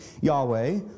Yahweh